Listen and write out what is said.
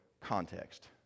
context